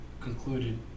concluded